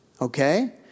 Okay